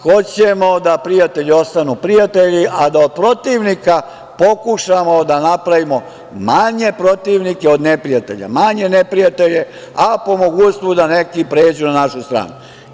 Hoćemo da prijatelji ostanu prijatelji, a da protivnika pokušamo da napravimo manje protivnike, od neprijatelja manje neprijatelje, a po mogućstvu da neki pređu na našu stranu.